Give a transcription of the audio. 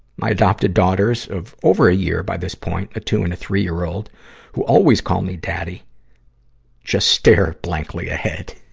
my adopted daughters of over a year by this point a two and a three-year old who always call me daddy just stare blankly ahead.